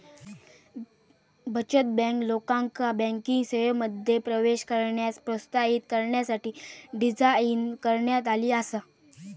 बचत बँक, लोकांका बँकिंग सेवांमध्ये प्रवेश करण्यास प्रोत्साहित करण्यासाठी डिझाइन करण्यात आली आसा